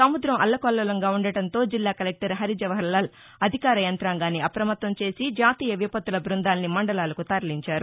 సముద్రం అల్లకల్లోలంగా ఉండడంతో జిల్లా కలెక్లర్ హరిజవహర్లాల్ అధికార యంత్రాంగాన్ని అప్రమత్తం చేసి జాతీయ విపత్తుల బ్బందాల్ని మందలాలకు తరలించారు